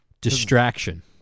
Distraction